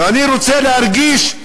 ואני רוצה להרגיש: